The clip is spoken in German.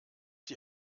die